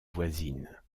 voisine